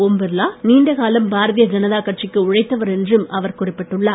ஓம் பிர்லா நீண்ட காலம் பாரதிய ஜனதா கட்சிக்கு உழைத்தவர் என்றும் அவர் குறிப்பிட்டார்